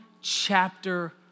chapter